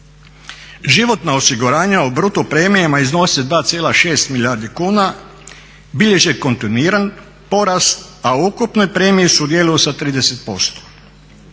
Životna osiguranja u bruto premijama iznose 2,6 milijardi kuna, bilježe kontinuiran porast, a u ukupnoj premiji sudjeluju sa 30%.